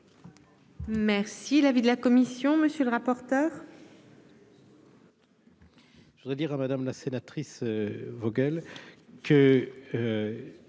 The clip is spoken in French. Merci l'avis de la commission, monsieur le rapporteur.